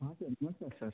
हाँ सर नमस्कार सर